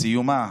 בסיומה